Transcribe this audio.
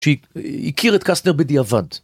שהכיר את קסטנר בדיעבד.